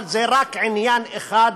אבל זה רק עניין אחד.